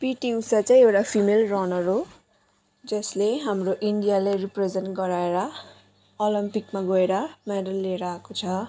PT Usha चाहिँ एउटा female runner हो जसले हाम्रो इन्डियालाई रिप्रेजेन्ट गराएर ओलिम्पिकमा गएर मेडल लिएर आएको छ